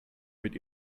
mit